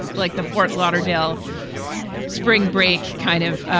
like the fort lauderdale spring break, kind of,